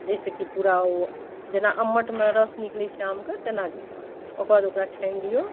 जाहि से कि पूरा ओ जेना अम्मटमे रस निकलैत छै आमके तेना जकाँ ओकर बाद ओकरा छानि दिऔ